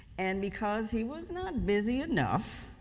and because he was not busy enough,